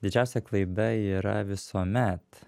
didžiausia klaida yra visuomet